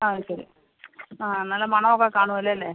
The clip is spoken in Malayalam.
ആ ശരി ആ നല്ല മണമൊക്കെ കാണുമല്ലൊ അല്ലെ